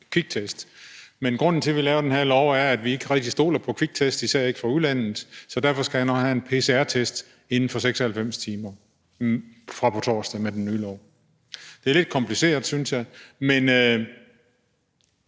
Men grunden til, at vi laver den her lov, er, at vi ikke rigtig stoler på kviktest, især ikke fra udlandet, så derfor skal han også fra på torsdag med den nye lov have en pcr-test inden for 96 timer. Det er lidt kompliceret, synes jeg.